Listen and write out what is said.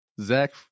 Zach